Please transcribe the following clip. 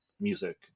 music